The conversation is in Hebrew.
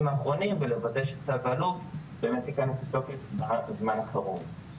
האחרונים ולוודא שצו האלוף באמת ייכנס לתוקף בזמן הקרוב.